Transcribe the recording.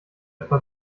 etwa